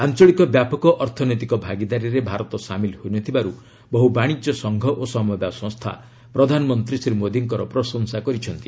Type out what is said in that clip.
ଆଞ୍ଚଳିକ ବ୍ୟାପକ ଅର୍ଥନୈତିକ ଭାଗିଦାରୀରେ ଭାରତ ସାମିଲ ହୋଇନଥିବାରୁ ବହୁ ବାଣିଜ୍ୟ ସଂଘ ଓ ସମବାୟ ସଂସ୍ଥା ପ୍ରଧାନମନ୍ତ୍ରୀ ଶ୍ରୀ ମୋଦିଙ୍କର ପ୍ରଶଂସା କରିଛନ୍ତି